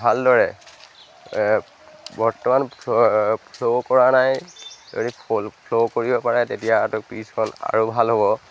ভালদৰে বৰ্তমান flower flower কৰা নাই যদি ফল ফ্ল'ৰ কৰিব পাৰে তেতিয়া হয়তো পিছখন আৰু ভাল হ'ব